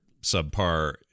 subpar